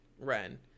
Ren